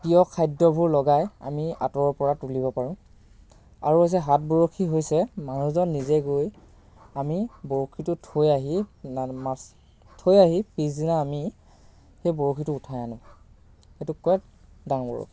প্ৰিয় খাদ্যবোৰ লগাই আমি আঁতৰৰ পৰা তুলিব পাৰোঁ আৰু হৈছে হাত বৰশী হৈছে মানুহজন নিজে গৈ আমি বৰশীটো থৈ আহি মাছ থৈ আহি পিছদিনা আমি সেই বৰশীটো উঠাই আনো এইটোক কয় ডাং বৰশী